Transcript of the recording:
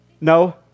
No